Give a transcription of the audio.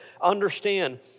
understand